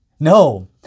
No